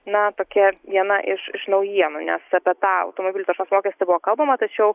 na tokia viena iš iš naujienų nes apie tą automobilių taršos mokestį buvo kalbama tačiau